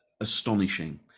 astonishing